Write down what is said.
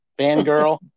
fangirl